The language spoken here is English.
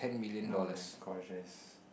oh-my-gosh that is